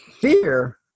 Fear